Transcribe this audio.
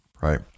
Right